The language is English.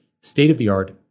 state-of-the-art